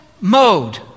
mode